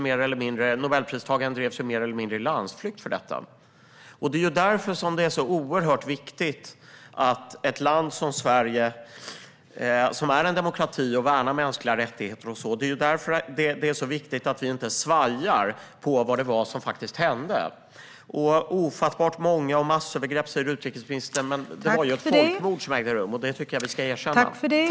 Nobelpristagaren Orhan Pamuk drevs ju mer eller mindre i landsflykt för detta. Det är därför som det är oerhört viktigt att ett land som Sverige, som är en demokrati och värnar mänskliga rättigheter, inte svajar när det gäller vad som faktiskt hände. Utrikesministern talar om att det var ofattbart många, att det var massövergrepp och så vidare. Men det var ju ett folkmord som ägde rum, och det tycker jag att vi ska erkänna.